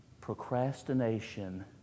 procrastination